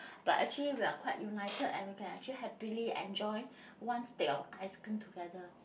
but actually we're quite united and we can actually happily enjoy once they got ice cream together